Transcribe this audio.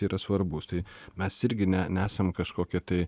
yra svarbus tai mes irgi ne nesam kažkokie tai